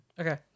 Okay